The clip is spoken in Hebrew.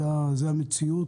זאת המציאות.